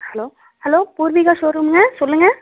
hello hello Poorvika show ரூம்ங்க சொல்லுங்கள்